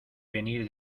venir